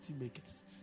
makers